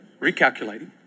recalculating